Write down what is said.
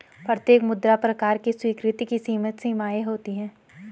प्रत्येक मुद्रा प्रकार की स्वीकृति की सीमित सीमाएँ होती हैं